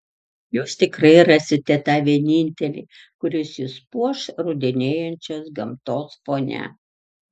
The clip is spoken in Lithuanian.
jūs tikrai rasite tą vienintelį kuris jus puoš rudenėjančios gamtos fone